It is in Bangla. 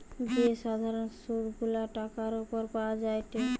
যে সাধারণ সুধ গুলা টাকার উপর পাওয়া যায়টে